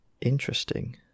Interesting